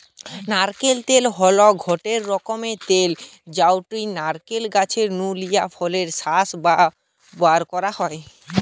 নারকেল তেল হল গটে রকমের তেল যউটা নারকেল গাছ নু লিয়া ফলের শাঁস নু বারকরা হয়